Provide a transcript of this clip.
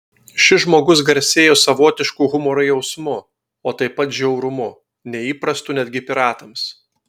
šis žmogus garsėjo savotišku humoro jausmu o taip pat žiaurumu neįprastu netgi piratams